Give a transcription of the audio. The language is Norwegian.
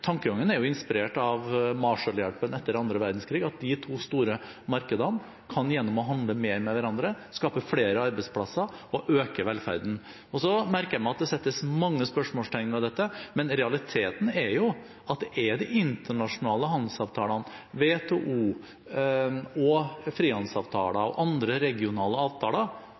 Tankegangen er inspirert av Marshall-hjelpen etter annen verdenskrig – at de to store markedene, gjennom å handle mer med hverandre, kan skape flere arbeidsplasser og øke velferden. Så merker jeg meg at det settes mange spørsmålstegn ved dette, men realiteten er at det er de internasjonale handelsavtalene, WTO, frihandelsavtaler og andre regionale avtaler,